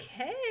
okay